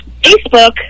Facebook